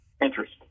Interest